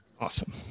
awesome